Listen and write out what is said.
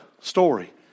story